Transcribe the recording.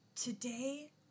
Today